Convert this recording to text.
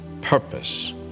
purpose